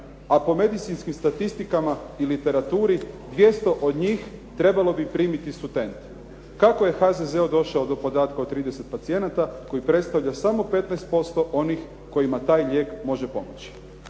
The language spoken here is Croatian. a po medicinskim statistikama i literaturi 200 od njih trebalo bi primiti Sutent. Kako je HZZO došao do podataka od 30 pacijenata koji predstavlja smo 15% onih kojima taj lijek može pomoći.